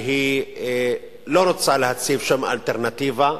שהיא לא רוצה להציב שם אלטרנטיבה,